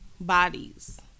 Bodies